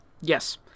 Yes